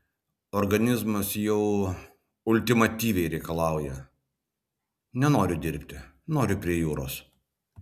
organizmas jau ultimatyviai reikalauja nenoriu dirbti noriu prie jūros